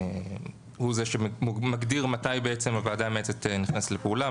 הוא זה שמגדיר מתי בעצם הוועדה המייעצת נכנסת לפעולה,